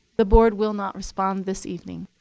the board will not respond this evening.